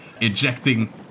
ejecting